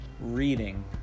reading